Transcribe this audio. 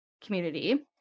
community